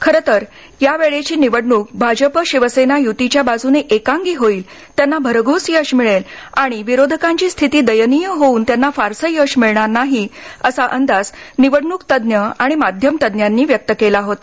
खरं तर या वेळेची निवडणूक भाजपा शिवसेना युतीच्या बाजूने एकांगी होईल त्यांना भरघोस यश मिळेल आणि विरोधकांची स्थिती दयनीय होऊन त्यांना फारसं यश मिळणार नाही असा अंदाज निवडणूक तज्ज्ञ आणि माध्यमतज्ञांनी व्यक्त केला होता